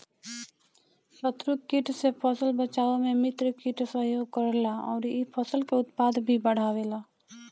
शत्रु कीट से फसल बचावे में मित्र कीट सहयोग करेला अउरी इ फसल के उत्पादन भी बढ़ावेला